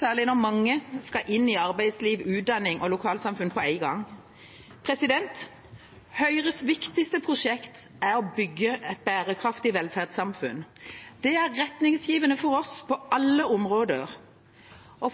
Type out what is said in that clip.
særlig når mange skal inn i arbeidsliv, utdanning og lokalsamfunn på en gang. Høyres viktigste prosjekt er å bygge et bærekraftig velferdssamfunn. Det er retningsgivende for oss på alle områder.